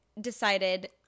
decided